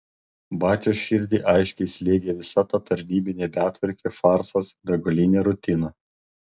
batios širdį aiškiai slėgė visa ta tarnybinė betvarkė farsas begalinė rutina